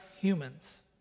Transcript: humans